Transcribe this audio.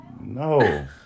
No